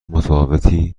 متفاوتی